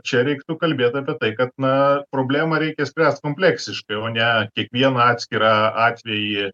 čia reiktų kalbėt apie tai kad na problemą reikia spręst kompleksiškai o ne kiekvieną atskirą atvejį